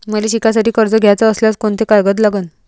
मले शिकासाठी कर्ज घ्याचं असल्यास कोंते कागद लागन?